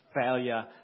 failure